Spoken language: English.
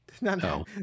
no